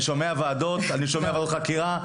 אני שומע ועדות חקירה,